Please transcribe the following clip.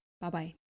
bye-bye